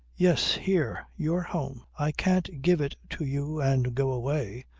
yes. here. your home. i can't give it to you and go away,